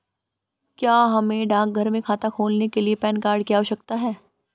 क्या हमें डाकघर में खाता खोलने के लिए पैन कार्ड की आवश्यकता है?